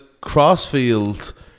crossfield